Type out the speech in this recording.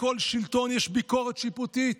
לכל שלטון יש ביקורת שיפוטית.